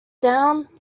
down